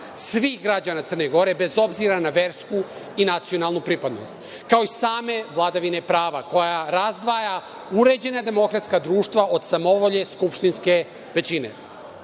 svih građana Crne Gore, bez obzira na versku i nacionalnu pripadnost, kao i same vladavine prava koja razdvaja uređena demokratska društva od samovolje skupštinske većine. Daje